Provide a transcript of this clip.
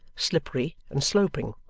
slippery, and sloping